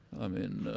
i mean,